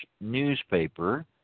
newspaper